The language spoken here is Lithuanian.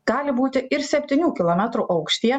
gali būti ir septynių kilometrų aukštyje